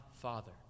father